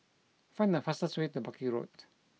find the fastest way to Buckley Road